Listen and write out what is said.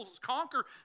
conquer